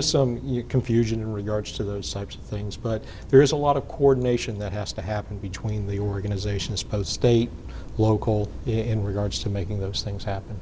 some confusion in regards to those types of things but there is a lot of coordination that has to happen between the organizations post state local in regards to making those things happen